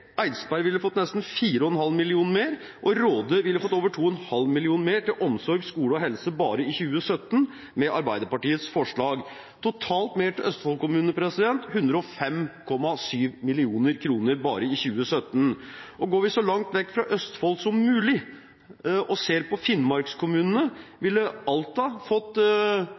og Råde ville fått over 2,5 mill. kr mer til omsorg, skole og helse bare i 2017 med Arbeiderpartiets forslag. Totalt mer til Østfold-kommunene: 105,7 mill. kr bare i 2017. Går vi så langt vekk fra Østfold som mulig og ser på Finnmarks-kommunene, ville Alta fått